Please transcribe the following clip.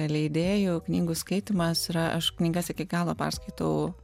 leidėjų knygų skaitymas yra aš knygas iki galo perskaitau